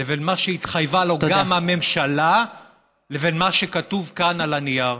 ומה שהתחייבה לו הממשלה למה שכתוב כאן על הנייר.